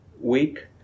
week